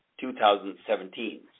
2017